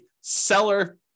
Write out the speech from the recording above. seller